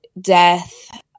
death